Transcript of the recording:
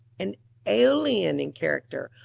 and aeolian in character,